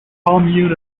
commune